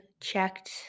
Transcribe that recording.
checked